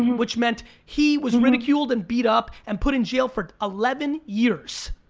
which meant he was ridiculed, and beat up, and put in jail for eleven years.